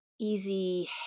Easy